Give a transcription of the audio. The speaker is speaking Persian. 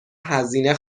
هزینه